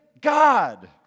God